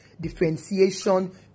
differentiation